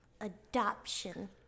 Adoption